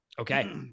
Okay